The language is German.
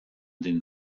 den